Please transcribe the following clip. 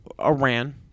Iran